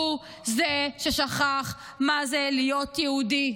הוא זה ששכח מה זה להיות יהודי.